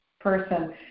person